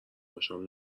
باشم